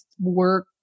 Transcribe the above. work